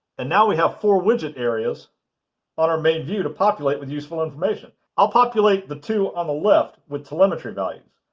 and now we have four widget areas on our main view to populate with useful information. i'll populate the two on the left with telemetry values.